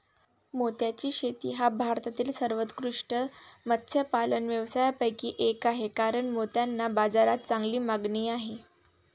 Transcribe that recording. मोत्याची शेती हा भारतातील सर्वोत्कृष्ट मत्स्यपालन व्यवसायांपैकी एक आहे कारण मोत्यांना बाजारात चांगली मागणी आहे